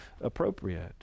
appropriate